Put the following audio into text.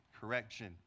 correction